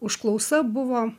užklausa buvo